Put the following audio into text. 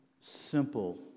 simple